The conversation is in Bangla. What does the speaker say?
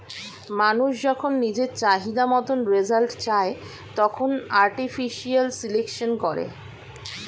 মানুষ যখন নিজের চাহিদা মতন রেজাল্ট চায়, তখন আর্টিফিশিয়াল সিলেকশন করে